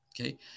okay